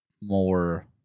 more